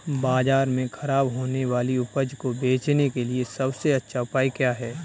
बाजार में खराब होने वाली उपज को बेचने के लिए सबसे अच्छा उपाय क्या है?